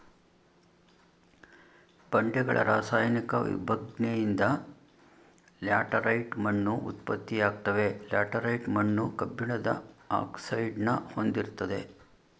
ಬಂಡೆಗಳ ರಾಸಾಯನಿಕ ವಿಭಜ್ನೆಯಿಂದ ಲ್ಯಾಟರೈಟ್ ಮಣ್ಣು ಉತ್ಪತ್ತಿಯಾಗ್ತವೆ ಲ್ಯಾಟರೈಟ್ ಮಣ್ಣು ಕಬ್ಬಿಣದ ಆಕ್ಸೈಡ್ನ ಹೊಂದಿರ್ತದೆ